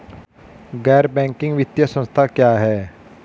गैर बैंकिंग वित्तीय संस्था क्या है?